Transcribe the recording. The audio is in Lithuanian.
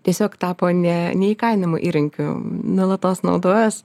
tiesiog tapo ne neįkainojamu įrankiu nuolatos naudojuos